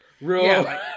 Real